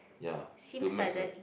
ya do maths ah